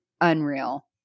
unreal